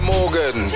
Morgan